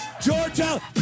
Georgia